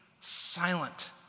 silent